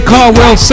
Carwell